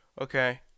Okay